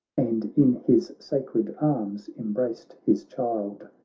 and in his sacred arms embraced his child.